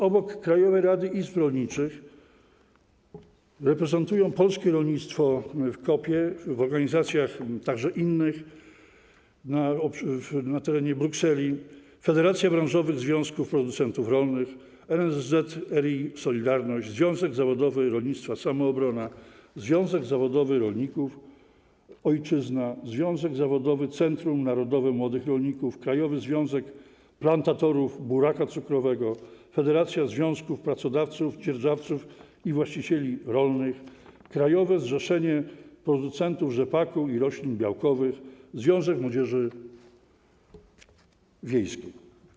Obok Krajowej Rady Izb Rolniczych reprezentują polskie rolnictwo w COPA, a także w innych organizacjach na terenie Brukseli: Federacja Branżowych Związków Producentów Rolnych, NSZZ RI „Solidarność”, Związek Zawodowy Rolnictwa „Samoobrona”, Związek Zawodowy Rolników „Ojczyzna”, Związek Zawodowy Centrum Narodowe Młodych Rolników, Krajowy Związek Plantatorów Buraka Cukrowego, Federacja Związków Pracodawców - Dzierżawców i Właścicieli Rolnych, Krajowe Zrzeszenie Producentów Rzepaku i Roślin Białkowych, Związek Młodzieży Wiejskiej.